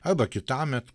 arba kitąmet